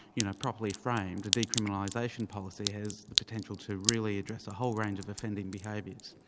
you know properly framed, a decriminalisation policy has the potential to really address a whole range of offending behaviours.